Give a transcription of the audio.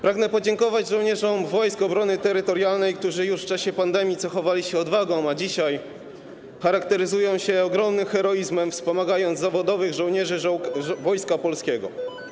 Pragnę podziękować żołnierzom Wojsk Obrony Terytorialnej, którzy już w czasie pandemii cechowali się odwagą, a dzisiaj charakteryzują się ogromnym heroizmem, wspomagając zawodowych żołnierzy Wojska Polskiego.